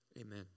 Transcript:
Amen